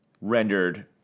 rendered